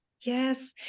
Yes